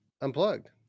unplugged